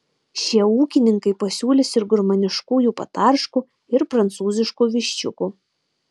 šie ūkininkai pasiūlys ir gurmaniškųjų patarškų ir prancūziškų viščiukų